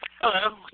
Hello